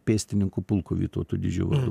pėstininkų pulko vytauto didžiuojo